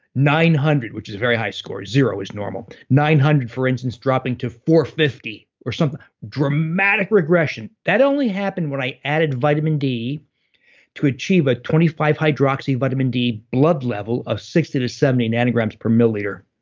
nine hundred, which is a very high score. zero is normal. nine hundred, for instance, dropping to four hundred and fifty or something. dramatic regression. that only happen when i added vitamin d to achieve a twenty five hydroxy vitamin d blood level of sixty to seventy nanograms per milliliter.